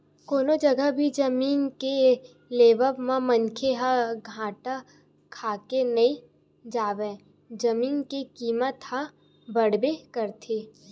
कोनो जघा भी जमीन के लेवब म मनखे ह घाटा खाके नइ जावय जमीन के कीमत ह बड़बे करथे